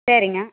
சரிங்க